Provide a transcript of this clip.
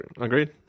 agreed